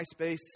MySpace